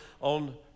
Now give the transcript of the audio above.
on